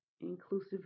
inclusive